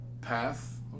path